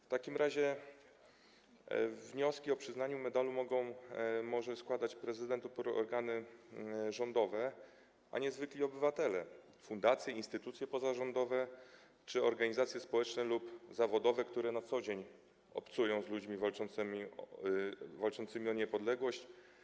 Wnioski o przyznanie medalu może składać prezydent lub organy rządowe, a nie zwykli obywatele, fundacje, instytucje pozarządowe czy organizacje społeczne lub zawodowe, które na co dzień obcują z ludźmi walczącymi o niepodległość.